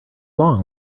long